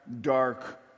dark